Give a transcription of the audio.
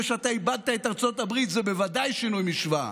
שאתה איבדת את ארצות הברית זה בוודאי שינוי משוואה.